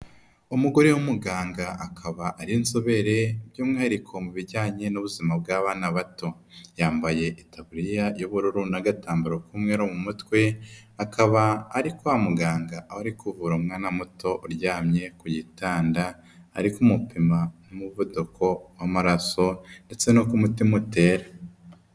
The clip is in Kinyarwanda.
Umugore w'umuganga akaba ari inzobere ,by'umwihariko mu bijyanye n'ubuzima bw'abana bato, yambaye itaburiya y'ubururu n'agatambaro k'umweru mu mutwe ,akaba ari kwa muganga aho ari kuvura umwana muto uryamye ku gitanda, ari kumupima umuvuduko w'amaraso, ndetse n'uko umutima utera.